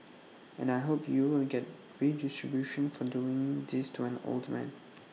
and I hope you will get redistribution for doing this to an old man